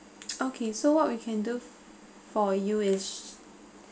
okay so what we can do for you is